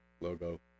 logo